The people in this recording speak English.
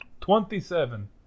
Twenty-seven